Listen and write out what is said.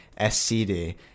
SCD